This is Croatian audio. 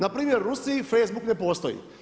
Npr. u Rusiji Facebook ne postoji.